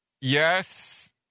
Yes